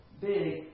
big